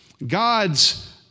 God's